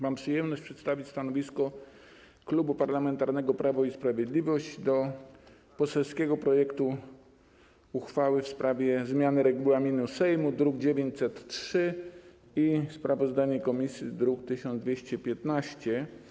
Mam przyjemność przedstawić stanowisko Klubu Parlamentarnego Prawo i Sprawiedliwość wobec poselskiego projektu uchwały w sprawie zmiany regulaminu Sejmu, druk nr 903, sprawozdanie komisji - druk nr 1215.